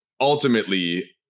ultimately